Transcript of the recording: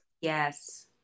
Yes